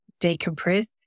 decompress